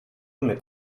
mit